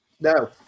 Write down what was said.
No